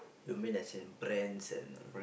you mean as in brands and